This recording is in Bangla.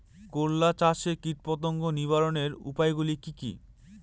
করলা চাষে কীটপতঙ্গ নিবারণের উপায়গুলি কি কী?